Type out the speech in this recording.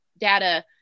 data